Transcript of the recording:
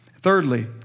Thirdly